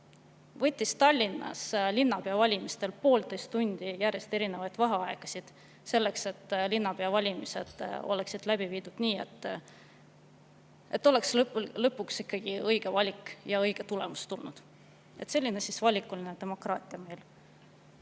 võttis Tallinnas linnapea valimistel poolteist tundi järjest erinevaid vaheaegasid, selleks et linnapea valimised oleksid läbi viidud nii, et oleks lõppude lõpuks ikkagi õige valik ja õige tulemus tulnud. Selline valikuline demokraatia on meil.